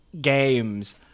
games